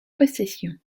possessions